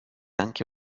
anche